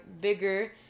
bigger